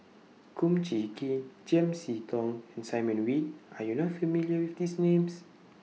Kum Chee Kin Chiam See Tong and Simon Wee Are YOU not familiar with These Names